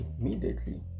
immediately